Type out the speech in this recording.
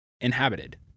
inhabited